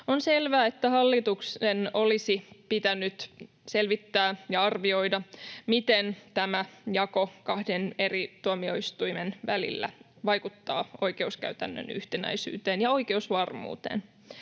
On selvää, että hallituksen olisi pitänyt selvittää ja arvioida, miten tämä jako kahden eri tuomioistuimen välillä vaikuttaa oikeuskäytännön yhtenäisyyteen ja oikeusvarmuuteen.